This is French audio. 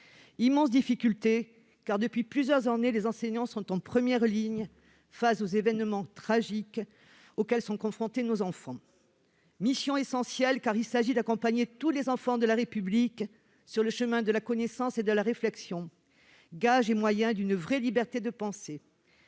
Immense difficulté, car les enseignants sont depuis plusieurs années en première ligne face aux événements tragiques auxquels nos enfants sont confrontés. Mission essentielle, car il s'agit d'accompagner tous les enfants de la République sur le chemin de la connaissance et de la réflexion, gage et moyen d'une vraie liberté de pensée.